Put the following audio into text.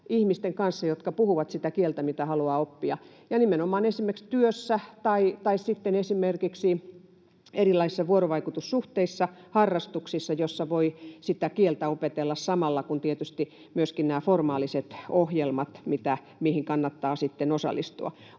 ihmisten kanssa, jotka puhuvat sitä kieltä, mitä haluaa oppia, ja nimenomaan esimerkiksi työssä tai sitten esimerkiksi erilaisissa vuorovaikutussuhteissa, harrastuksissa, joissa voi sitä kieltä opetella, samalla kun tietysti ovat myöskin nämä formaaliset ohjelmat, mihin kannattaa sitten osallistua.